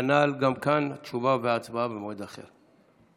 כנ"ל, גם כאן תשובה והצבעה במועד אחר.